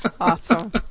Awesome